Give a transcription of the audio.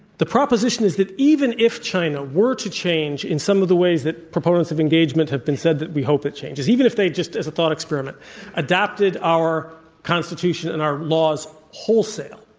the proposition is that even if china were to change in some of the ways that proponents of engagement have been said that we hope it changes, even if they just as a thought experiment adapted our constitution and our laws wholesale,